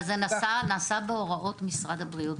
אבל זה נעשה בהוראות משרד הבריאות,